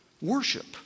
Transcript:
worship